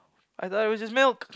I though it was just milk